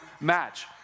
match